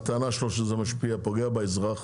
הטענה שלו שזה משפיע ופוגע באזרח?